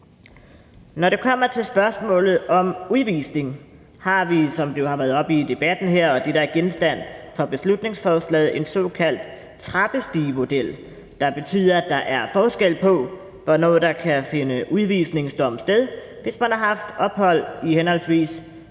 Når det kommer til spørgsmålet om udvisning, har vi – som det jo har været oppe i debatten her, og det, der er genstand for beslutningsforslaget – en såkaldt trappestigemodel, der betyder, at der er forskel på, hvornår der kan finde udvisningsdom sted, hvis man har haft ophold i henholdsvis